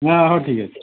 ହଁ ହଉ ଠିକ୍ ଅଛି